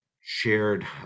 shared